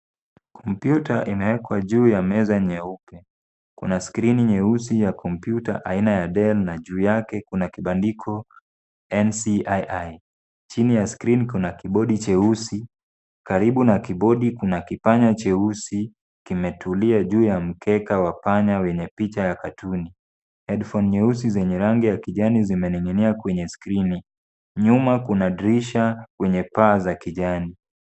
Kompyuta inawekwa juu ya meza nyeupe. Kuna skrini nyeusi ya kompyuta aina ya Dell na juu yake kuna kibandiko NCII. Chini ya skrini kuna kibodi cheusi karibu na kibodi kuna kipanya cheusi kimetulia juu ya mkeka wa pana wenye picha ya katuni . Headphone nyeusi zenye rangi ya kijani zimening'inia kwenye skrini. Nyuma kuna drisha wenye paa za kijani.